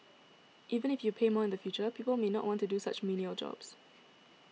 even if you pay more in the future people may not want to do such menial jobs